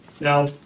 Now